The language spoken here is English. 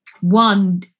One